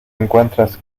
encuentras